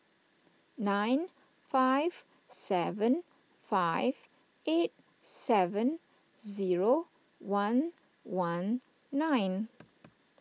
nine five seven five eight seven zero one one nine